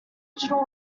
digital